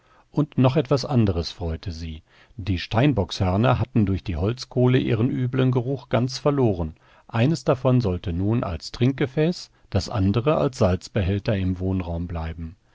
und noch etwas anderes freute sie die steinbockshörner hatten durch die holzkohle ihren üblen geruch ganz verloren eines davon sollte nun als trinkgefäß das andere als salzbehälter im wohnraum bleiben